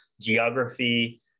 geography